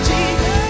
Jesus